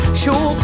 sure